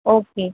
okay